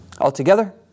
Altogether